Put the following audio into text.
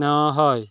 নেওয়া হয়